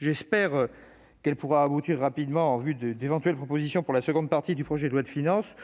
J'espère qu'elle pourra aboutir rapidement, en vue d'éventuelles propositions pour la seconde partie du projet de loi de finances.